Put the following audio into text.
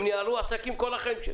הם ניהלו עסקים כל חייהם.